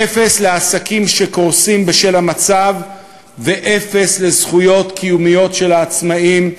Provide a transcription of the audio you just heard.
אפס לעסקים שקורסים בשל המצב ואפס לזכויות קיומיות של העצמאים.